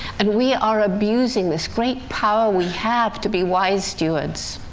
and we are abusing this great power we have to be wise stewards,